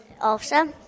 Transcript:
Awesome